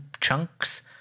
chunks